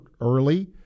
early